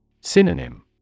Synonym